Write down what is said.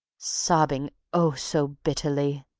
sobbing, oh, so bitterly!